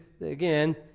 again